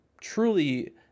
truly